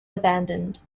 abandoned